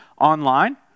online